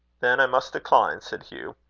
that i must decline said hugh.